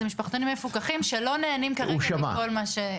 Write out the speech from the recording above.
זה משפחתונים מפוקחים שלא נהנים כרגע מכל מה שנאמר.